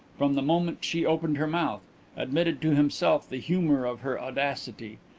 from the moment she opened her mouth admitted to himself the humour of her audacity.